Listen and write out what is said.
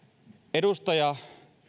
edustaja